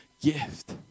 gift